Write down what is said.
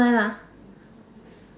ya